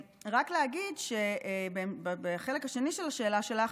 רק להגיד שבחלק השני של השאלה שלך,